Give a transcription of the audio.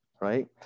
right